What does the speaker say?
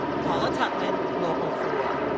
paula tutman, local four.